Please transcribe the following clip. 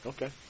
Okay